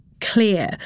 clear